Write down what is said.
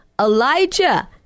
Elijah